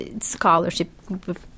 scholarship